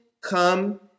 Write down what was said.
come